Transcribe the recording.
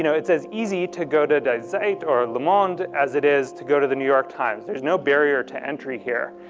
you know it's as easy to go to de zeit or le monde as it is to go to the new york times. there's no barrier to entry here.